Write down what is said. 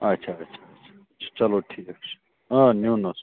اَچھا اَچھا اَچھا چلو ٹھیٖک چھُ آ نِیُن اوس